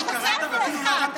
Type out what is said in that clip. הוועדה.